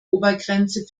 obergrenze